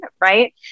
Right